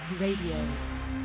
Radio